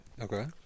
Okay